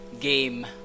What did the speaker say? game